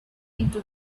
into